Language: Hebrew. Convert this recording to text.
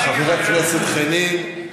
חבר הכנסת חנין,